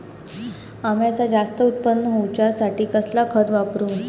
अम्याचा जास्त उत्पन्न होवचासाठी कसला खत वापरू?